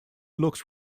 looks